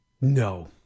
No